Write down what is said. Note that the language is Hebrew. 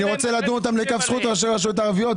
רוצה לדון לכף זכות את ראשי הרשויות הערביות,